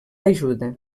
ajuda